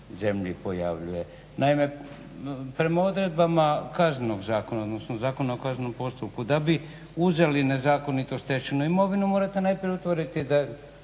Naime, prema odredbama Kaznenog zakona odnosno Zakona o kaznenom postupku da bi uzeli nezakonito stečenu imovinu morate najprije utvrditi